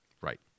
Right